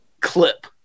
Clip